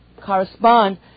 correspond